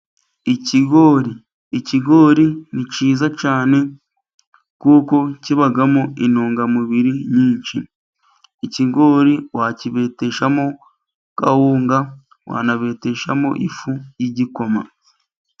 Ikigori, ikigori ni cyiza cyane, kuko kibamo intungamubiri nyinshi. Ikigori wakibeteshamo kawunga, wanakibeteshamo ifu y'igikoma.